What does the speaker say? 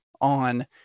on